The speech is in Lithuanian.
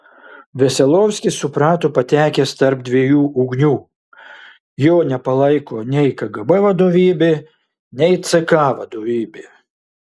veselovskis suprato patekęs tarp dviejų ugnių jo nepalaiko nei kgb vadovybė nei ck vadovybė